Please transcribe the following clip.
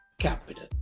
capital